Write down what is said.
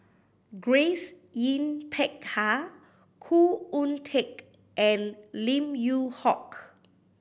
Grace Yin Peck Ha Khoo Oon Teik and Lim Yew Hock